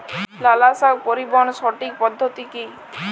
লালশাক পরিবহনের সঠিক পদ্ধতি কি?